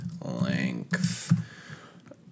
length